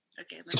Okay